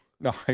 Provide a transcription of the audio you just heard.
No